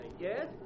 yes